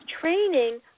training